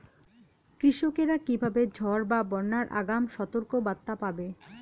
কৃষকেরা কীভাবে ঝড় বা বন্যার আগাম সতর্ক বার্তা পাবে?